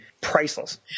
priceless